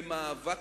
ומאבק